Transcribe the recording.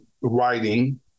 writing